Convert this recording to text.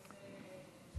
11293,